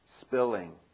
spilling